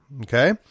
Okay